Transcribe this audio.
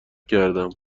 کردم